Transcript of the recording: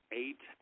eight